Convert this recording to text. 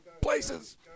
places